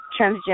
transgender